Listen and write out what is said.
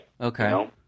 Okay